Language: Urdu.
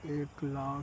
ایک لاکھ